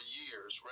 years